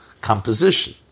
composition